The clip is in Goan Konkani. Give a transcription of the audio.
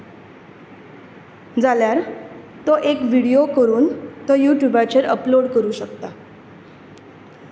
जाल्यार तो एक व्हिडीयो करून तो युट्यूबाचेर अपलोड करूंक शकता